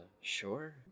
sure